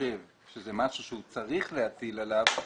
חושב שזה משהו שהוא צריך להטיל עליו,